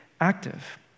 active